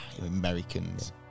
Americans